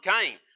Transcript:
came